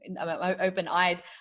open-eyed